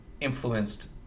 influenced